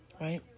Right